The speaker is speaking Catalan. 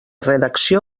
redacció